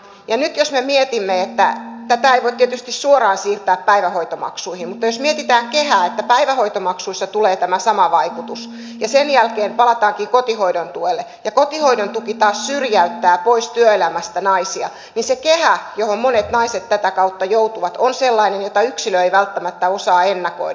nyt jos me mietimme kehää tätä ei voi tietysti suoraan siirtää päivähoitomaksuihin että päivähoitomaksuissa tulee tämä sama vaikutus ja sen jälkeen palataankin kotihoidon tuelle ja kotihoidon tuki taas syrjäyttää pois työelämästä naisia niin se kehä johon monet naiset tätä kautta joutuvat on sellainen jota yksilö ei välttämättä osaa ennakoida